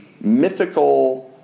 mythical